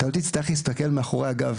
אתה לא תצטרך להסתכל מאחורי הגב.